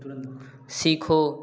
तुरंत सीखो